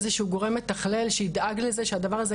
איזה שהוא גורם מתכלל שידאג לזה שהדבר הזה